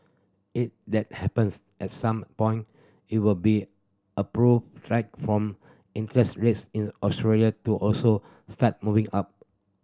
it that happens at some point it will be form interest rates in Australia to also start moving up